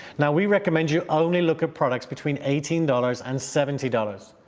now, we recommend you only look at products between eighteen dollars and seventy dollars.